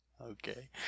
Okay